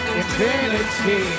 infinity